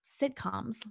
sitcoms